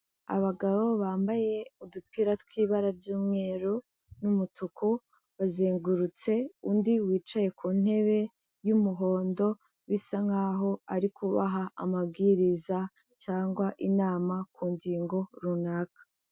Abagabo bambaye udupira tw'ibara ry'umweru n'umutuku, bazengurutse undi wicaye ku ntebe y'umuhondo bisa nkaho ari kubaha amabwiriza cyangwa inama ku ngingo runaka.